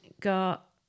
got